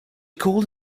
called